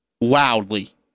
Loudly